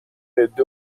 عده